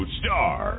star